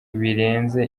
birenze